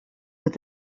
with